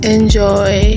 Enjoy